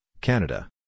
Canada